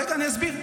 רגע, אני אסביר.